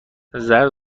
زرد